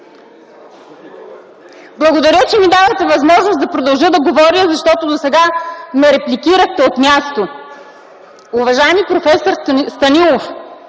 Благодаря, че ми дадохте възможност да продължа да говоря, защото досега ме репликирахте от място. Уважаеми проф. Станилов,